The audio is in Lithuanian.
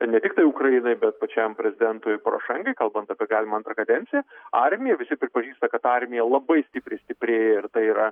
ne tiktai ukrainai bet pačiam prezidentui porošenkai kalbant apie galimą antrą kadenciją armija visi pripažįsta kad armija labai stipriai stiprėja ir tai yra